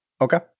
Okay